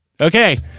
Okay